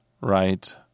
right